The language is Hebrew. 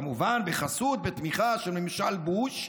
כמובן בחסות ובתמיכה של ממשל בוש,